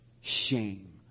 Shame